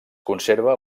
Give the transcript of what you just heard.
conserva